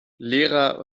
lehrer